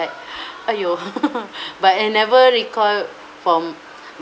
but !aiyo! but I never recalled from